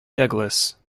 douglas